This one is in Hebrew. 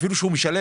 אפילו שהוא משלם?